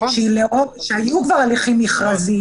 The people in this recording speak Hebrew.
כשהיו כבר הליכים מכרזיים.